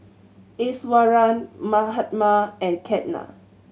Iswaran Mahatma and Ketna